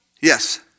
yes